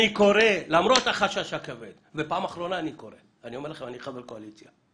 למרות החשש הכבד, אני חבר קואליציה,